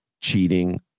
cheating